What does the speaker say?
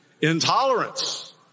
Intolerance